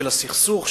של הסכסוך,